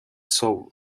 soul